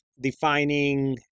defining